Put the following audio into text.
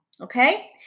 okay